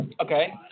Okay